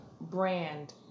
brand